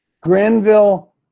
Granville